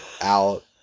out